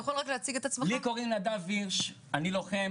לי קוראים נדב הירש, אני לוחם